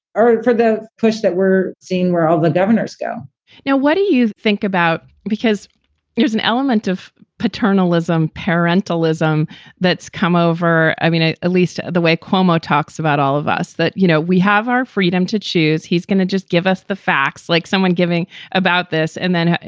for the push that we're seeing where all the governors go now, what do you think about because there's an element of paternalism, parental ism that's come over. i mean, at least the way cuomo talks about all of us that, you know, we have our freedom to choose. he's going to just give us the facts, like someone giving about this. and then,